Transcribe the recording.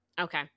Okay